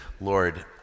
Lord